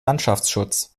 landschaftsschutz